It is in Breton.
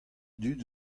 dud